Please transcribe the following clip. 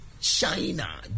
China